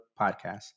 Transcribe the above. podcast